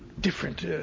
different